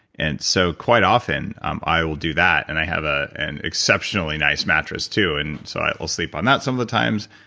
and so quite often um i will do that, and i have ah an exceptionally nice mattress too, and so so i will sleep on that some of the times,